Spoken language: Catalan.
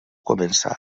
comença